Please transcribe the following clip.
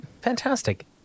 Fantastic